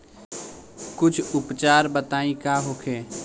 कुछ उपचार बताई का होखे?